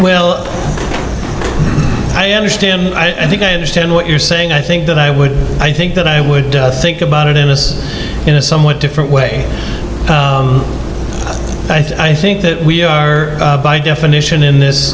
well i understand i think i understand what you're saying i think that i would i think that i would think about it in this in a somewhat different way i think that we are by definition in this